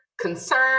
concern